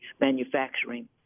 manufacturing